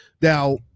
now